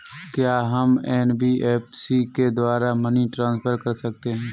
क्या हम एन.बी.एफ.सी के द्वारा मनी ट्रांसफर कर सकते हैं?